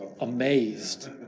amazed